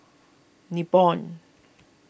Nibong